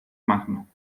magno